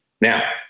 Now